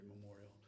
Memorial